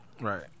Right